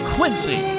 Quincy